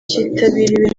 cyitabiriwe